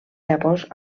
llavors